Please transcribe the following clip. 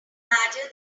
larger